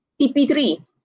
tp3